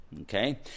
okay